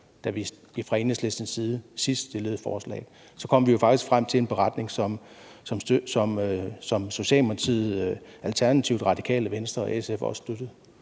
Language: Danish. da vi fra Enhedslistens side sidst stillede forslaget, kom vi jo faktisk frem til en beretning, som Socialdemokratiet, Alternativet, Radikale Venstre og SF også støttede,